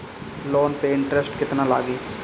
Loan पे interest केतना लागी?